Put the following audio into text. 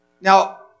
Now